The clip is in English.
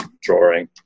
drawing